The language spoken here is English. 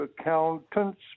accountants